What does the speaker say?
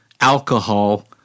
alcohol